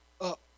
up